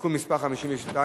(תיקון מס' 52),